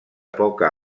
poca